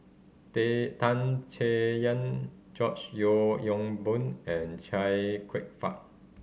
Tan Chay Yan George Yeo Yong Boon and Chia Kwek Fah